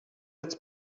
its